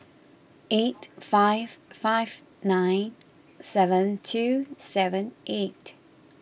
eight five five nine seven two seven eight